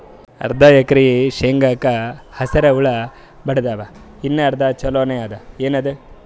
ಅರ್ಧ ಎಕರಿ ಶೇಂಗಾಕ ಹಸರ ಹುಳ ಬಡದಾವ, ಇನ್ನಾ ಅರ್ಧ ಛೊಲೋನೆ ಅದ, ಏನದು?